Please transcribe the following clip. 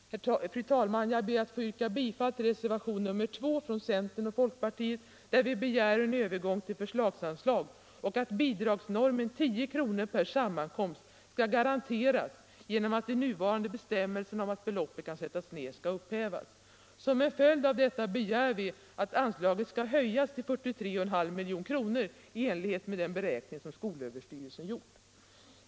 Fru talman! Jag ber att få yrka bifall till reservationen 2 från centern och folkpartiet, där vi begär en övergång till förslagsanslag och att bidragsnormen 10 kr. per sammankomst skall garanteras genom att de nuvarande bestämmelserna om att beloppet skall sättas ner skall upphävas. Som en följd av detta begär vi att anslaget skall höjas till 43,5 milj.kr. i enlighet med den beräkning som skolöverstyrelsen gjort.